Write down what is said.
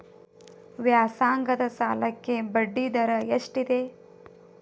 ವ್ಯಾಸಂಗದ ಸಾಲಕ್ಕೆ ಬಡ್ಡಿ ದರ ಎಷ್ಟಿದೆ?